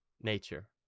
nature